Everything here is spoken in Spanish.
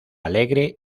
alegre